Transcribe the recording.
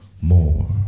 more